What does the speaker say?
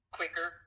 quicker